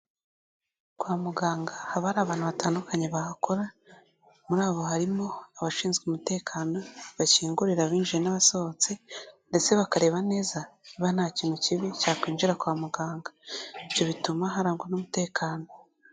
Kwa muganga haba hari abantu batandukanye bahakora, muri abo harimo abashinzwe umutekano, bakingurira abinjira n'abasohotse, ndetse bakareba neza niba nta kintu kibi cya kwinjira kwa muganga, ibyo bituma harangwa n'umutekano.